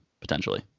potentially